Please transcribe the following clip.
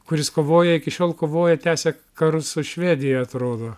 kuris kovoja iki šiol kovoja tęsia karus su švedija atrodo